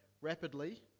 rapidly